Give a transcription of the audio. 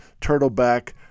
turtleback